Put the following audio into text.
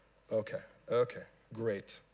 ok ok great,